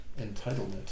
entitlement